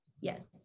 Yes